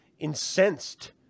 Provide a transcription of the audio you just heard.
Incensed